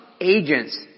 agents